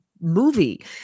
movie